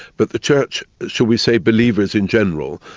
but the church, shall we say believers in general,